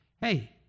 hey